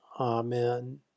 Amen